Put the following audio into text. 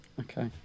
Okay